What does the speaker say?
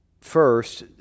First